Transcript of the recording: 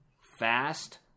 fast